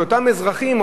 שאותם אזרחים,